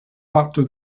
parto